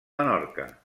menorca